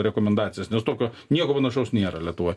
rekomendacijas nes tokio nieko panašaus nėra lietuvoj